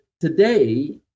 today